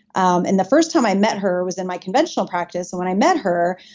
um and the first time i met her was in my conventional practice. and when i met her,